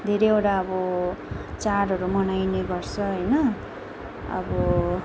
धेरैवटा अब चाडहरू मनाइने गर्छ होइन अब